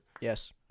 yes